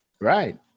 Right